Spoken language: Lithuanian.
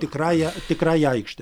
tikrąja tikrąja aikšte